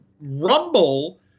Rumble